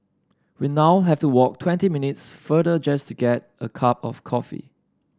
we now have to walk twenty minutes further just to get a cup of coffee